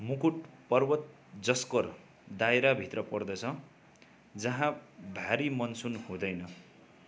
मुकुट पर्वत जस्कर दायराभित्र पर्दछ जहाँ भारी मनसुन हुँदैन